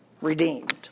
Redeemed